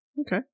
Okay